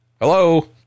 Hello